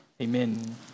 Amen